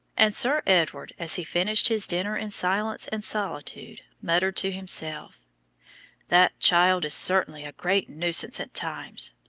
and sir edward as he finished his dinner in silence and solitude muttered to himself that child is certainly a great nuisance at times,